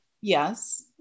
Yes